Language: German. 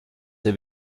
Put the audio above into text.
der